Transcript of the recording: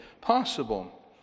possible